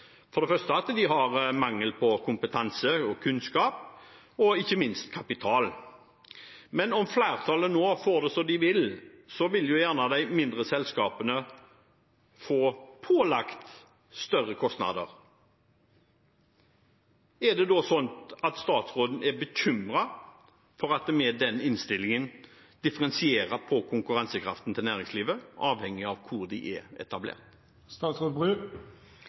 for det første at de har mangel på kompetanse og kunnskap og ikke minst kapital. Men om flertallet nå får det som de vil, vil jo gjerne de mindre selskapene få pålagt større kostnader. Er det da slik at statsråden er bekymret for at innstillingen differensierer på konkurransekraften til næringslivet, avhengig av hvor de er